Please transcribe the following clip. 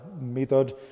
method